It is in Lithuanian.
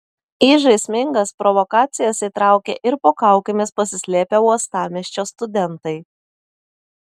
į žaismingas provokacijas įtraukė ir po kaukėmis pasislėpę uostamiesčio studentai